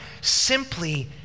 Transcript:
simply